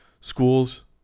Schools